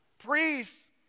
Priests